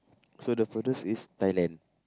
so the furthest is Thailand